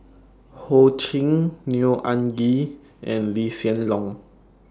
Ho Ching Neo Anngee and Lee Hsien Loong